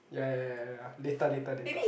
ya ya ya ya ya later later later